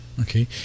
Okay